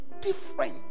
different